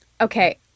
Okay